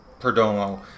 Perdomo